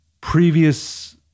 previous